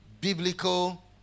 biblical